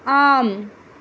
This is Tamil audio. ஆம்